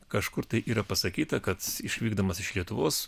kažkur tai yra pasakyta kad išvykdamas iš lietuvos